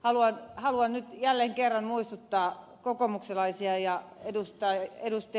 haluan nyt jälleen kerran muistuttaa kokoomuslaisia ja ed